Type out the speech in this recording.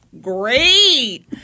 Great